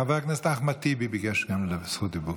חבר הכנסת אחמד טיבי ביקש גם הוא זכות דיבור.